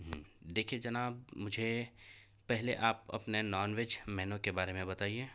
دیکھیے جناب مجھے پہلے آپ اپنا نان ویج مینو کے بارے میں بتائیے